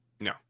No